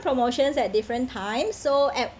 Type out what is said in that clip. promotions at different times so at